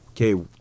okay